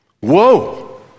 Whoa